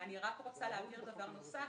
אני רוצה להבהיר דבר נוסף.